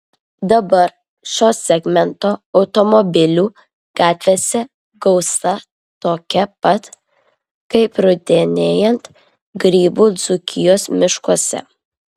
dabar šio segmento automobilių gatvėse gausa tokia pat kaip rudenėjant grybų dzūkijos miškuose